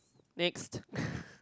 next